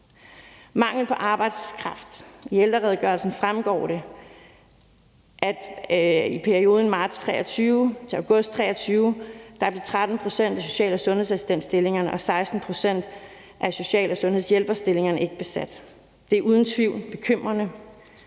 manglen på arbejdskraft. I ældreredegørelsen fremgår det, at i perioden marts 2023 til august 2023 blev 13 pct. af social- og sundhedsassistentstillingerne og 16 pct. af social- og sundhedshjælperstillingerne ikke besat. Det er uden tvivl bekymrende,